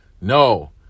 No